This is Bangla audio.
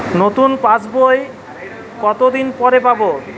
নতুন পাশ বই কত দিন পরে পাবো?